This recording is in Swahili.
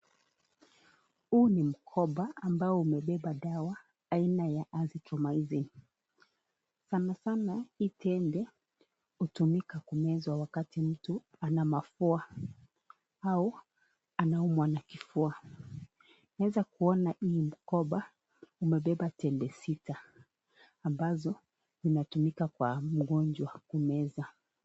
Huu ni mkoba ambao umebeba dawa aina ya (atomizing) . Kwa mfano hii tembe hutumika kumeza wakati mtu ana mafua au anaumwa na kofua . Naweza Kuona hii mkoba imebeba tembe sita ambazo zinatumika kwa magojwa kumeza.